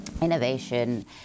innovation